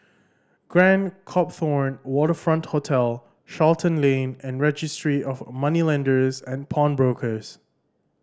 Grand Copthorne Waterfront Hotel Charlton Lane and Registry of Moneylenders and Pawnbrokers